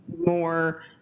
more